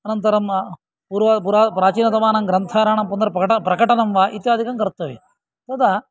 अनन्तरं पूर्व प्राचीनतमानां ग्रन्थानां पुनर् प्रकटनं वा इत्यादिकं कर्तव्यं तदा